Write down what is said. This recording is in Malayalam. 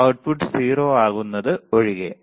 output 0 ആകുന്നത് ഒഴികെ